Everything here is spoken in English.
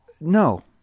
no